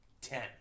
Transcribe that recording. ten